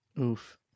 Oof